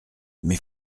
mes